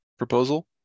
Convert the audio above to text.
proposal